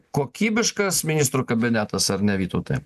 kokybiškas ministrų kabinetas ar ne vytautai